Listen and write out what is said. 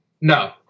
no